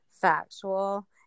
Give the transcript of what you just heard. factual